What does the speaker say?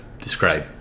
describe